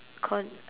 called